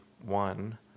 one